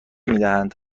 میدهند